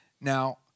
Now